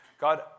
God